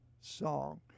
song